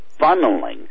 funneling